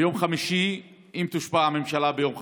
ביום חמישי, אם תושבע הממשלה ביום חמישי,